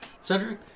Cedric